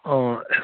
অঁ